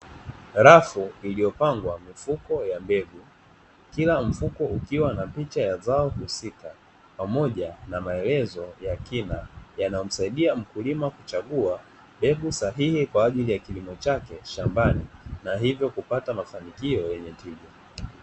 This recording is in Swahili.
Rafu iliyopangwa mifuko ya mbegu, kila mfuko ukiwa na picha ya zao husika pamoja na maelezo ya kina yanayomsaidia mkulima kuchagua mbegu sahihi kwa ajili ya kilimo chake shambani, na hivyo kupata mafanikio yenye tija.